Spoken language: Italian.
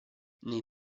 nei